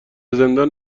زندان